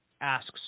asks –